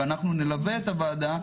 ואנחנו נלווה את הוועדה,